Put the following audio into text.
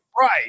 Right